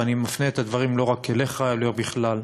ואני מפנה את הדברים לא רק אליך אלא בכלל: